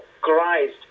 Christ